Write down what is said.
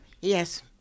Yes